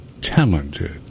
talented